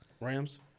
Rams